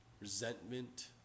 resentment